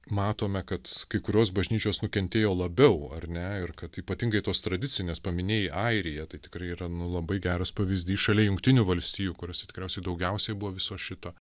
matome kad kai kurios bažnyčios nukentėjo labiau ar ne ir kad ypatingai tos tradicinės paminėjai airiją tai tikrai yra nu labai geras pavyzdys šalia jungtinių valstijų kuriose tikriausiai daugiausiai buvo viso šito